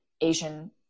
Asian